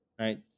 right